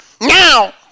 Now